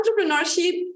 entrepreneurship